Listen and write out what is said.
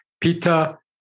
Peter